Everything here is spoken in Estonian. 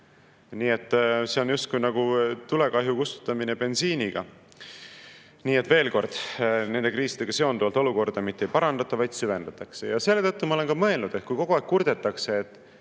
ei tehta. See on nagu tulekahju kustutamine bensiiniga. Nii et veel kord: nende kriisidega seonduvalt olukorda mitte ei parandata, vaid süvendatakse. Selle tõttu ma olen mõelnud, et kui kogu aeg kurdetakse,